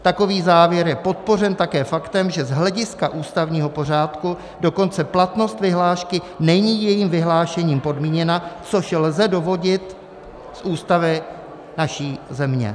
Takový závěr je podpořen také faktem, že z hlediska ústavního pořádku dokonce platnost vyhlášky není jejím vyhlášením podmíněna, což lze dovodit z Ústavy naší země.